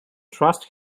trust